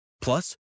Plus